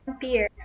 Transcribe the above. beer